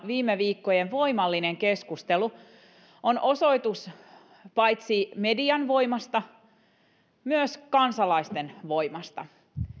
viime viikkojen voimallinen keskustelu ikäihmisten hoivasta on osoitus paitsi median voimasta myös kansalaisten voimasta